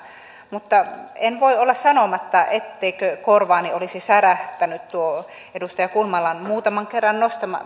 mutta en voi olla sanomatta etteikö korvaani olisi särähtänyt tuo edustaja kulmalan muutaman kerran